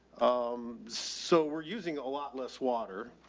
um, so we're using a lot less water.